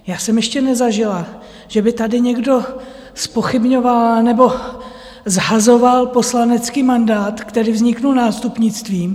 Já jsem ještě nezažila, že by tady někdo zpochybňoval nebo shazoval poslanecký mandát, který vznikl nástupnictvím.